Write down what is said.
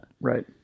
Right